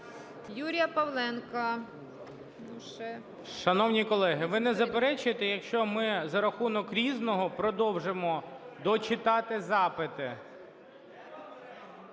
РАЗУМКОВ Д.О. Шановні колеги, ви не заперечуєте, якщо ми за рахунок "Різного" продовжимо дочитати запити?